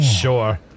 Sure